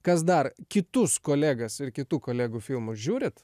kas dar kitus kolegas ir kitų kolegų filmus žiūrit